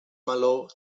meló